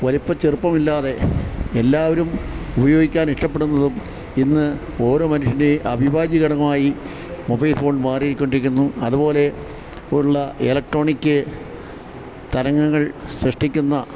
വലിപ്പച്ചെറുപ്പമില്ലാതെ എല്ലാവരും ഉപയോഗിക്കാൻ ഇഷ്ടപ്പെടുന്നതും ഇന്ന് ഓരോ മനുഷ്യൻ്റെ അവിഭാജ്യഘടകമായി മൊബൈൽ ഫോൺ മാറിക്കൊണ്ടിരിക്കുന്നു അതുപോലെ ഉള്ള ഇലക്ട്രോണിക് തരംഗങ്ങൾ സൃഷ്ടിക്കുന്ന